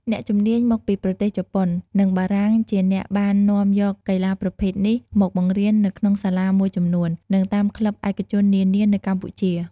អ្នកជំនាញមកពីប្រទេសជប៉ុន និងបារាំងជាអ្នកបាននាំយកកីឡាប្រភេទនេះមកបង្រៀននៅក្នុងសាលាមួយចំនួន និងតាមក្លិបឯកជននានានៅកម្ពុជា ។